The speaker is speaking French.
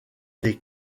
des